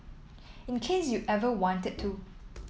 in case you ever wanted to